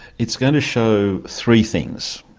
it's going to show three things.